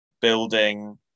building